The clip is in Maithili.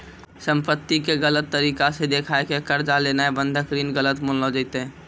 संपत्ति के गलत तरिका से देखाय के कर्जा लेनाय बंधक ऋण गलत मानलो जैतै